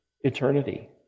eternity